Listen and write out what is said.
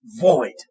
void